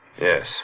Yes